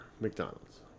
McDonald's